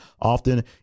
often